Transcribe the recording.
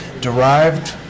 derived